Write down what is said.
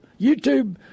YouTube